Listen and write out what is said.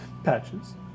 Patches